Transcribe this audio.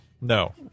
No